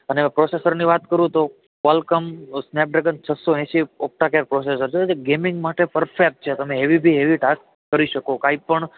અને હવે પ્રોસેસરની વાત કરું તો કોકલમ સ્નેપ ડ્રેગન છસો એંસી ઓક્ટા કોર પ્રોસેસર છે જે ગેમિંગ માટે પરફેક્ટ છે તમે હેવી બી હેવી ટાસ્ક કરી શકો કાંઈ પણ